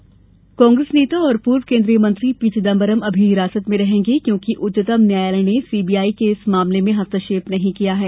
चिदंबरम कांग्रेस नेता और पूर्व केन्द्रीय मंत्री पी चिदम्बरम अभी हिरासत में रहेंगे क्योरकि उच्चतम न्यायालय ने सीबीआई के इस मामले में हस्तक्षेप नहीं किया है